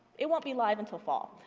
it won't be live until fall.